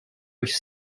which